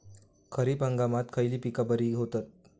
खरीप हंगामात खयली पीका बरी होतत?